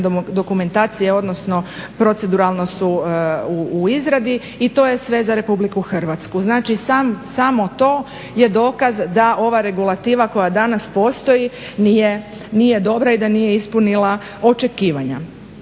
dokumentacije, odnosno proceduralno su u izradi i to je sve za RH. Znači samo to je dokaz da ova regulativa koja danas postoji nije dobra i da nije ispunila očekivanja.